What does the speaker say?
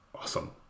awesome